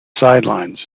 sidelines